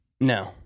No